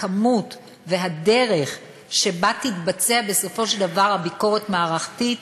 הכמות והדרך שבה תתבצע בסופו של דבר ביקורת מערכתית,